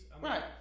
Right